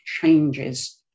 changes